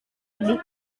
lebih